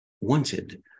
wanted